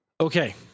okay